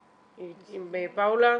עם פאולה